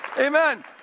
Amen